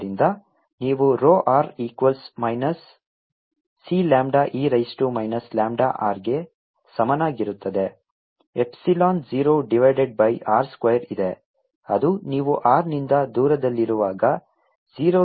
ಆದ್ದರಿಂದ ನೀವು rho r equals minus C lambda e raise to minus lambda r ಗೆ ಸಮನಾಗಿರುತ್ತದೆ epsilon 0 divided by r square ಇದೆ ಅದು ನೀವು r ನಿಂದ ದೂರದಲ್ಲಿರುವಾಗ 0 ಗೆ ಸಮನಾದ ಚಾರ್ಜ್ ಸಾಂದ್ರತೆಯಾಗಿದೆ